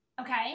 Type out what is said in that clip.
okay